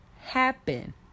happen